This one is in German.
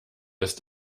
ist